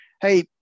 hey